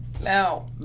Now